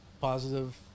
positive